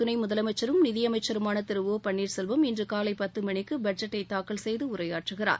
துணை முதலமைச்சரும் நிதி அமைச்சருமான திரு ஒ பள்ளீர்செல்வம் இன்று காலை பத்து மணிக்கு பட்ஜெட்டை தாக்கல் செய்து உரையாற்றுகிறார்